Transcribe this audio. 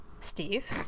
Steve